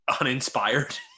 uninspired